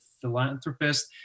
philanthropist